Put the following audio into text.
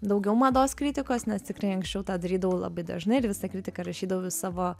daugiau mados kritikos nes tikrai anksčiau tą darydavau labai dažnai ir visą kritiką rašydavau į savo